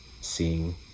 seeing